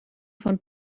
von